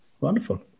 Wonderful